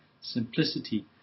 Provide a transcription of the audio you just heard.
Simplicity